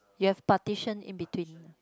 you have partition in between